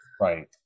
Right